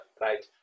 right